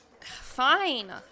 Fine